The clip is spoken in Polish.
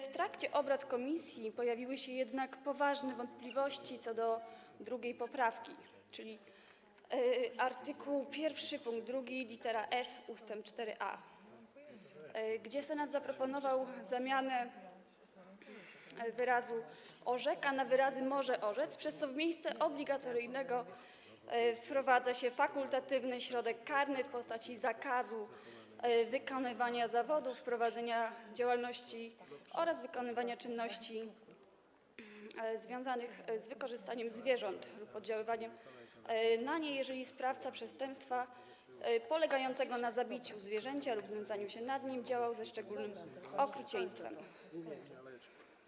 W trakcie obrad komisji pojawiły się jednak poważne wątpliwości co do 2. poprawki dotyczącej art. 1 pkt 2 lit. f - ust. 4a - w której Senat zaproponował zastąpienie wyrazu „orzeka” wyrazami „może orzec”, przez co w miejsce obligatoryjnego wprowadza się fakultatywny środek karny w postaci zakazu wykonywania zawodu, prowadzenia działalności oraz wykonywania czynności związanych z wykorzystywaniem zwierząt lub oddziaływaniem na nie, jeżeli sprawca przestępstwa polegającego na zabiciu zwierzęcia lub na znęcaniu się nad nim działał ze szczególnym okrucieństwem.